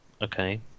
Okay